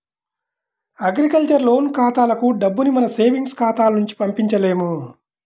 agriculture loan ఖాతాలకు డబ్బుని మన సేవింగ్స్ ఖాతాల నుంచి పంపించలేము